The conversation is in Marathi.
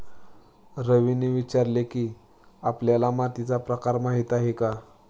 रवीने विचारले की, आपल्याला मातीचा प्रकार माहीत आहे का?